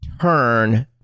turn